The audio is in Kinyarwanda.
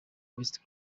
west